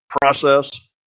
process